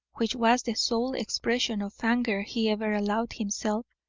which was the sole expression of anger he ever allowed himself,